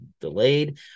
delayed